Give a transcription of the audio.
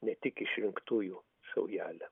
ne tik išrinktųjų saujelę